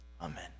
Amen